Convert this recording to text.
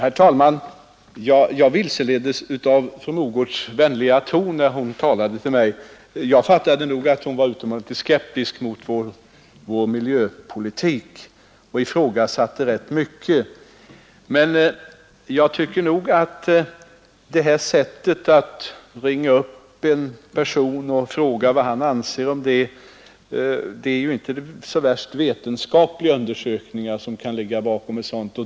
Fru talman! Jag vilseleddes av fru Mogårds vänliga ton när hon talade till mig, men jag fattade nog att hon var utomordentligt skeptisk mot vår miljöpolitik och i rätt mycket ifrågasatte den. Det kan väl inte ligga så värst vetenskapliga undersökningar bakom ett ståndpunktstagande, om man bara ringer upp en person för att fråga vad han anser.